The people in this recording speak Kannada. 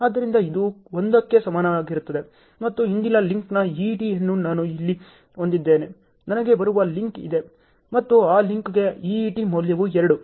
ಆದ್ದರಿಂದ ಇದು 1 ಕ್ಕೆ ಸಮನಾಗಿರುತ್ತದೆ ಮತ್ತು ಹಿಂದಿನ ಲಿಂಕ್ನ EETಯನ್ನು ನಾನು ಇಲ್ಲಿ ಹೊಂದಿದ್ದೇನೆ ನನಗೆ ಬರುವ ಲಿಂಕ್ ಇದೆ ಮತ್ತು ಆ ಲಿಂಕ್ಗೆ EET ಮೌಲ್ಯವು 2